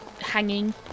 hanging